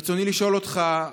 ברצוני לשאול אותך: